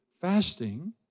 fasting